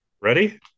Ready